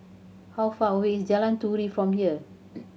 how far away is Jalan Turi from here